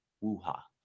Woo-ha